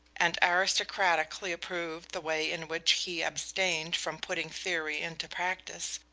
and aristocratically approved the way in which he abstained from putting theory into practice,